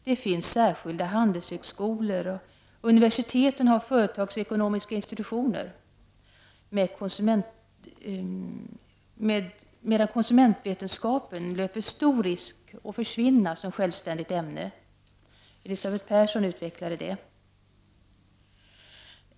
Det finns särskilda handelshögskolor, och universiteten har företagsekonomiska institutioner, medan ”konsumentvetenskapen” löper stor risk att försvinna som självständigt ämne. Elisabeth Persson utvecklade det.